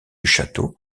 château